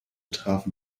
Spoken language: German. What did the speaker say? trafen